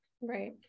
Right